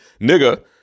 nigga